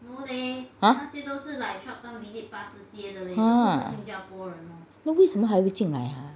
!huh! ha 那为什么还会进来啊